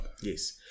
Yes